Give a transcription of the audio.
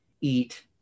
eat